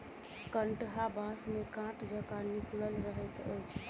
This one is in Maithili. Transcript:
कंटहा बाँस मे काँट जकाँ निकलल रहैत अछि